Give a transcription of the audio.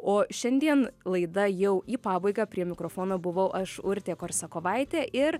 o šiandien laida jau į pabaigą prie mikrofono buvau aš urtė korsakovaitė ir